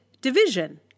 division